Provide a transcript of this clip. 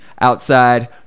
outside